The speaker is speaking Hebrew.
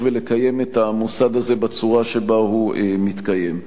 ולקיים את המוסד הזה בצורה שבה הוא מתקיים.